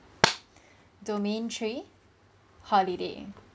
domain three holiday